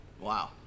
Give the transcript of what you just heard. Wow